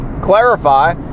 clarify